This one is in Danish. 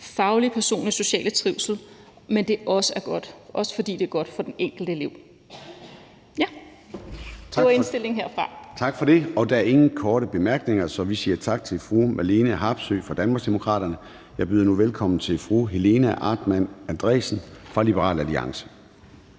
faglige, personlige og sociale trivsel, men også, fordi det er godt for den enkelte elev. Det var indstillingen herfra. Kl. 14:26 Formanden (Søren Gade): Tak for det. Der er ingen korte bemærkninger, så vi siger tak til fru Marlene Harpsøe fra Danmarksdemokraterne. Jeg byder nu velkommen til fru Helena Artmann Andresen fra Liberal Alliance.